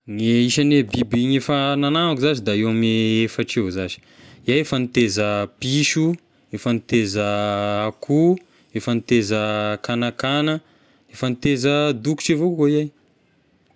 Ny isan'ny biby ny efa nagnanako zashy da eo ame efatra eo zashy, iahy efa niteza piso, efa niteza akoho, efa niteza kanakana, efa niteza dokotra avao koa iahy.